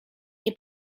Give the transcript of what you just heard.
nie